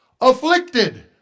afflicted